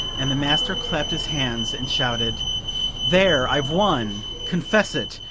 and the master clapped his hands and shouted there, i've won confess it!